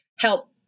help